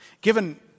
Given